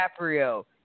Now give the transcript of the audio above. DiCaprio